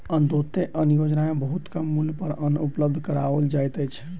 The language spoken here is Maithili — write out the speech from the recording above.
अन्त्योदय अन्न योजना में बहुत कम मूल्य पर अन्न उपलब्ध कराओल जाइत अछि